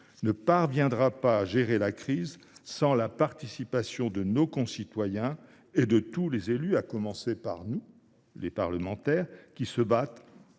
ne parviendra pas à gérer la crise sans la participation de nos concitoyens et de tous les élus – à commencer par les parlementaires –, qui se battent